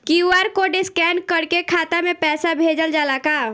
QR code scan करके खाता में पैसा भेजल जाला का?